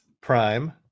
Prime